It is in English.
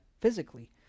physically